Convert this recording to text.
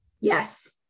Yes